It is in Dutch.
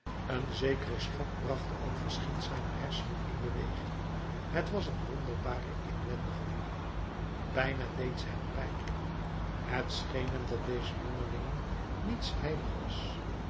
een zekere schok bracht elk verschiet zijner hersenen in beweging het was een wonderbare inwendige woeling bijna deed ze hem pijn het scheen hem dat dezen jongelingen niets heilig was